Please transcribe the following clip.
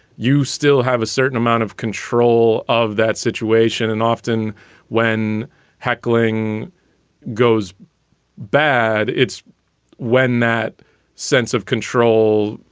you still have a certain amount of control of that situation and often when heckling goes bad, it's when that sense of control,